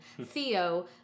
theo